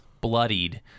bloodied